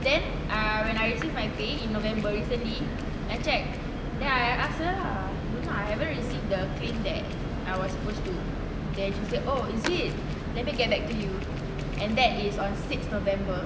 then uh when I receive my pay in november recently I checked then I ask her lah luna I haven't received the claim that I was supposed to then she said oh is it let me get back to you and that is on six november